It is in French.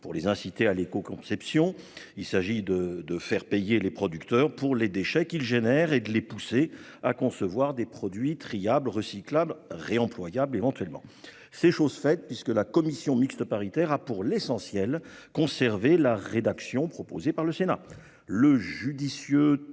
pour les inciter à l'écoconception. Il s'agit de faire payer les producteurs pour les déchets qu'ils créent et de les pousser à concevoir des produits triables, recyclables ou réemployables. C'est chose faite, puisque la commission mixte paritaire a, pour l'essentiel, conservé la rédaction proposée par le Sénat.